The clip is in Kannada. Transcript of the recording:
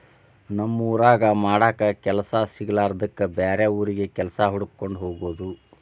ತಮ್ಮ ಊರಾಗ ಮಾಡಾಕ ಕೆಲಸಾ ಸಿಗಲಾರದ್ದಕ್ಕ ಬ್ಯಾರೆ ಊರಿಗೆ ಕೆಲಸಾ ಹುಡಕ್ಕೊಂಡ ಹೊಗುದು